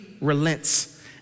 relents